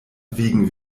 wegen